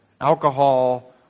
alcohol